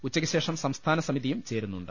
ഉച്ചക്ക് ശേഷം സംസ്ഥാന സമിതിയും ചേരു ന്നുണ്ട്